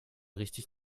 richtig